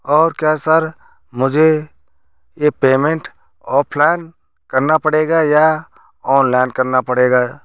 और क्या सर मुझे यह पेमेंट ऑफलाइन करना पड़ेगा या ऑनलाइन करना पड़ेगा